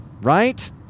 right